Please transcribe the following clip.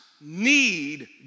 need